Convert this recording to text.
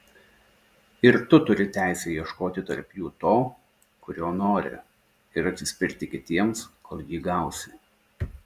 ir tu turi teisę ieškoti tarp jų to kurio nori ir atsispirti kitiems kol jį gausi